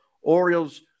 Orioles